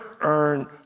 earn